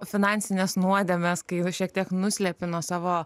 finansines nuodėmes kai šiek tiek nuslepi nuo savo